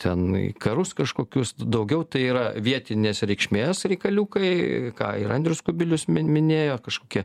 ten į karus kažkokius daugiau tai yra vietinės reikšmės reikaliukai ką ir andrius kubilius minėjo kažkokie